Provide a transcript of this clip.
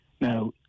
Now